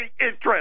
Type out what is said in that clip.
interest